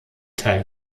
teil